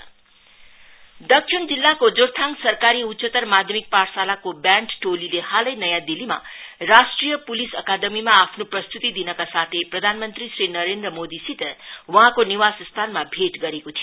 band display team दक्षिण जिल्लाको जोरथाङ सरकारी उच्चतर माध्यमिक पाठशालाको ब्यान्ड टोलीले हालै नयाँ दिल्लीमा राष्ट्रिय पुलिस अकादमीमा आफ्नो प्रस्तुति दिनका साथै प्रधान मंत्री श्री नरेन्द्र मोदीसित वहाँको निवास स्थानमा भेट गरेको थियो